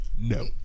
No